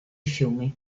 fiumi